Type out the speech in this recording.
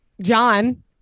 John